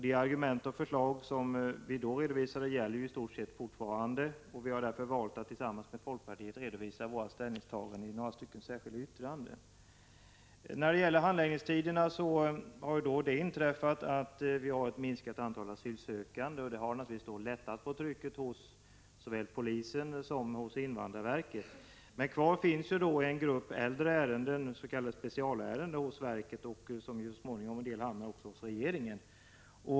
De argument och förslag som vi då framförde gäller i stort sett fortfarande. Vi har därför valt att tillsammans med folkpartiet redovisa våra ställningstaganden i några särskilda yttranden. När det gäller handläggningstiderna har det inträffat att vi fått ett minskat antal asylsökande. Det har naturligtvis lättat på trycket såväl hos polisen som hos invandrarverket. Men kvar hos verket finns en grupp äldre ärenden, s.k. specialärenden, av vilka en del så småningom hamnar hos regeringen.